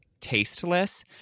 tasteless